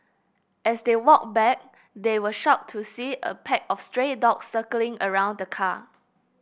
as they walked back they were shocked to see a pack of stray dogs circling around the car